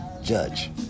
judge